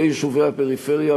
ביישובי הפריפריה,